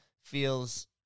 feels